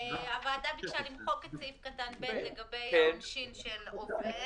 הוועדה ביקשה למחוק את סעיף קטן (ב) לגבי העונשין של עובד.